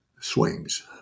swings